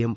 M